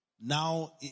Now